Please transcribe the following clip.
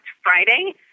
Friday